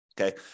Okay